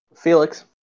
felix